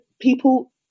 people